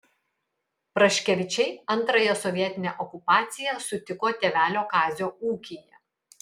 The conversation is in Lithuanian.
praškevičiai antrąją sovietinę okupaciją sutiko tėvelio kazio ūkyje